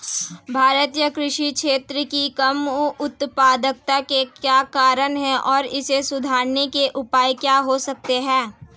भारतीय कृषि क्षेत्र की कम उत्पादकता के क्या कारण हैं और इसे सुधारने के उपाय क्या हो सकते हैं?